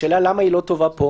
השאלה היא למה הוא לא טוב פה.